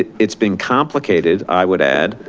it's been complicated i would add,